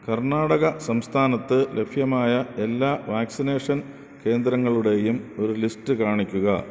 കർണ്ണാടക സംസ്ഥാനത്ത് ലഭ്യമായ എല്ലാ വാക്സിനേഷൻ കേന്ദ്രങ്ങളുടെയും ഒരു ലിസ്റ്റ് കാണിക്കുക